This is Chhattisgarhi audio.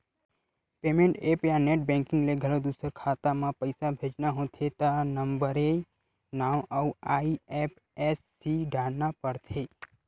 पेमेंट ऐप्स या नेट बेंकिंग ले घलो दूसर खाता म पइसा भेजना होथे त नंबरए नांव अउ आई.एफ.एस.सी डारना परथे